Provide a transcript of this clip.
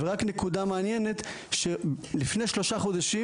רק נקודה מעניינת שלפני שלושה חודשים